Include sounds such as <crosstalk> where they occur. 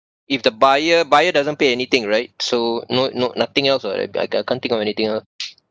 if the buyer buyer doesn't pay anything right so no no nothing else [what] I can't can't think of anything else <noise>